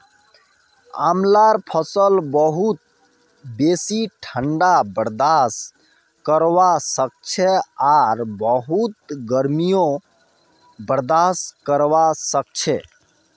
आंवलार फसल बहुत बेसी ठंडा बर्दाश्त करवा सखछे आर बहुत गर्मीयों बर्दाश्त करवा सखछे